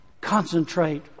concentrate